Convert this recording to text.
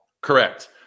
Correct